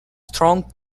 strong